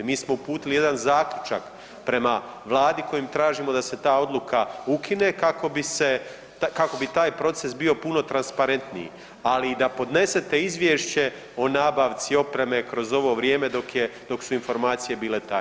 Mi smo uputili jedan zaključak prema Vladi kojim tražimo da se ta odluka ukine kako bi se, kako bi taj proces bio puno transparentniji, ali i da podnesete izvješće o nabavci opreme kroz ovo vrijeme dok su informacije bile tajne.